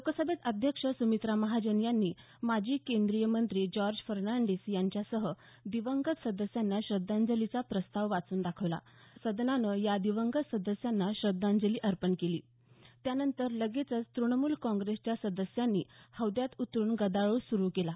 लोकसभेत अध्यक्ष सुमित्रा महाजन यांनी माजी केंद्रीय मंत्री जॉर्ज फर्नांडीस यांच्यासह दिवंगत सदस्यांना श्रद्धांजलीचा प्रस्ताव वाचून दाखवला सदनानं या दिवंगत सदस्यांना श्रद्धांजली अर्पण केली त्यानंतर लगेचच तूणमूल काँग्रेसच्या सदस्यांनी हौद्यात उतरून गदारोळ सुरू केला